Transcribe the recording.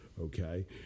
okay